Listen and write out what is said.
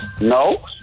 No